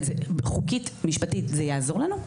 חוקית, משפטית זה יעזור לנו?